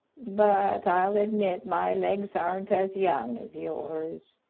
but i'll admit my legs aren't as young as yours.